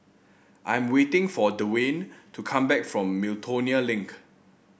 I'm waiting for Dewayne to come back from Miltonia Link